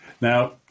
Now